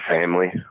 family